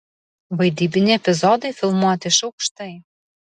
vaidybiniai epizodai filmuoti iš aukštai